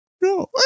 no